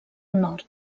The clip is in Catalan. nord